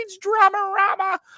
drama-rama